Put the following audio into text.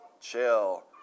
chill